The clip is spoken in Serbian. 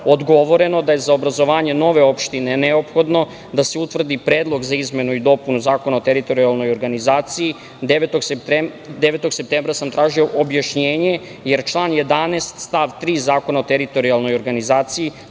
odgovoreno da je za obrazovanje nove opštine neophodno da se utvrdi predlog za izmenu i dopunu Zakona o teritorijalnoj organizaciji. Devetog septembra sam tražio objašnjenje, jer član 11. stav 3. Zakona o teritorijalnoj organizaciji,